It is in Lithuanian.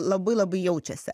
labai labai jaučiasi